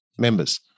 members